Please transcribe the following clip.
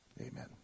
amen